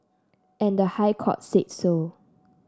and the High Court said so